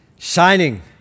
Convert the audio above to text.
Shining